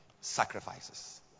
sacrifices